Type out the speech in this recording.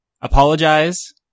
Apologize